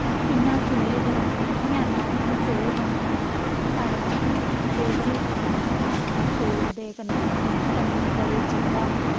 कि'यां चुह्ल्ले जलदे ऐं कि'यां राजमा चौल बनदे ऐं साढ़े इत्थै डोगरे जेह्ड़े ऐं राजमाह् चौल दे कन्नै बड़े जैदा